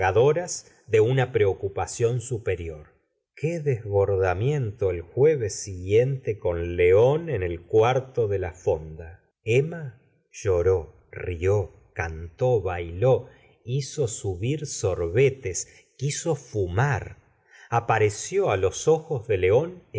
de una preocupación superior qué desbórdamiento el jueves siguiente con león en el cuarto de la fonda emma lloró rió cantó bailó hizo subir sorbetes quiso fumar apareció á los ojos de león